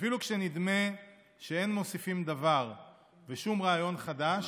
"אפילו כשנדמה שאין מוסיפים דבר ושום רעיון חדש,